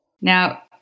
Now